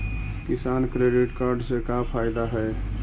किसान credit card से का फायदा है?